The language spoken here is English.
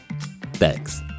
Thanks